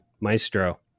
Maestro